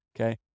Okay